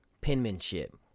penmanship